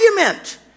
argument